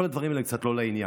כל הדברים האלה קצת לא לעניין.